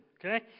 okay